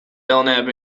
belknap